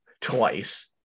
twice